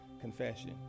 confession